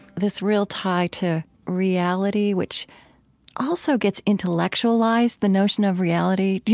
this real tie to reality, which also gets intellectualized, the notion of reality.